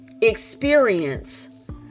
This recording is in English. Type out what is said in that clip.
experience